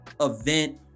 event